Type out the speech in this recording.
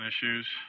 issues